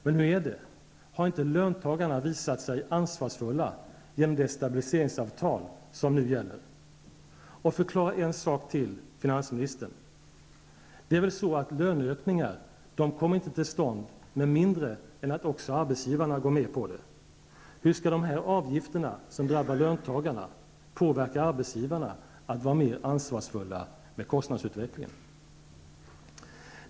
Men hur är det -- har inte löntagarna visat sig vara ansvarsfulla genom det stabiliseringsavtal som nu gäller? Och förklara en sak till, finansministern! Det är väl så att löneökningar inte kommer till stånd med mindre än att också arbetsgivaren går med på dem. Hur skall dessa avgifter som drabbar löntagarna påverka arbetsgivarna att vara mer ansvarsfulla med kostnadsutvecklingen?